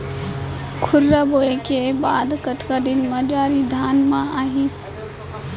खुर्रा बोए के बाद कतका दिन म जरी धान म आही?